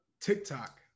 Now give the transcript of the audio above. TikTok